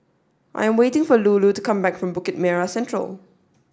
I'm waiting for Lulu to come back from Bukit Merah Central